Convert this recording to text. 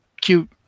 cute